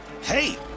hey